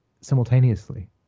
simultaneously